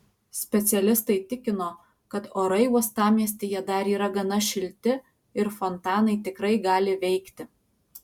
specialistai tikino kad orai uostamiestyje dar yra gana šilti ir fontanai tikrai gali veikti